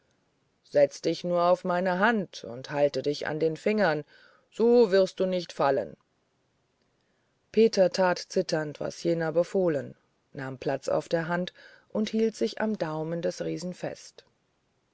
setz dich nur auf meine hand und halte dich an den fingern so wirst du nicht fallen peter tat zitternd wie jener befohlen nahm platz auf der hand und hielt sich am daumen des